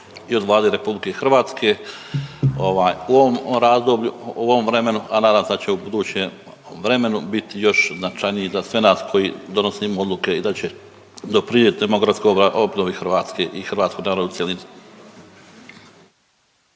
i od Vlade RH ovaj, u ovom razdoblju, u ovom vremenu, a nadam se da će ubuduće vremenu bit još značajniji za sve nas koji donosimo odluke i da će doprinijeti demografskoj obnovi Hrvatske i hrvatskog naroda u cjelini.